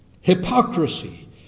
Hypocrisy